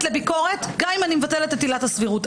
לביקורת גם אם אני מבטלת את עילת הסבירות.